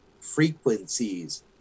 Frequencies